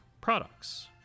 products